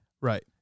Right